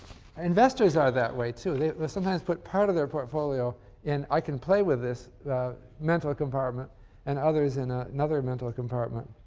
investors are that way too, they'll sometimes put part of their portfolio in i can play with this mental compartment and others in ah another mental compartment.